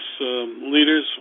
leaders